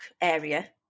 area